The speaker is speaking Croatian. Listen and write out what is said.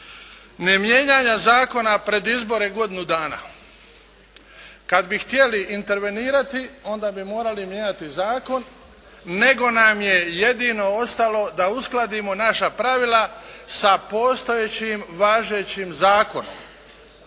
nemijenjanja zakona pred izbora godinu dana. Kad bi htjeli intervenirati onda bi morali mijenjati zakon, nego nam je jedino ostalo da uskladimo naša pravila sa postojećim važećim zakonom